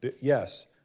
yes